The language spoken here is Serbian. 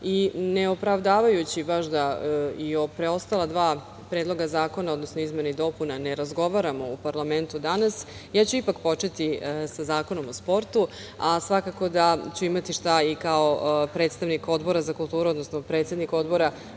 i neopravdajući baš preostala dva predloga zakona, odnosno izmene i dopune, ne razgovaramo u parlamentu danas, ja ću ipak početi sa Zakonom o sportu, a svakako da ću se i kao predsednik Odbora za kulturu nadovezati na